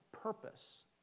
purpose